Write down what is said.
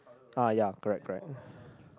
ah ya correct correct